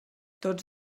tots